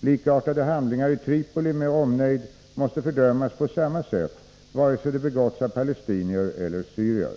Likartade handlingar i Tripoli med omnejd måste fördömas på samma sätt, vare sig de begåtts av palestinier eller syrier.